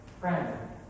friend